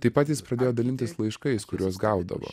taip pat jis pradėjo dalintis laiškais kuriuos gaudavo